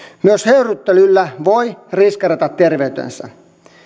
myös höyryttelyllä voi riskeerata terveytensä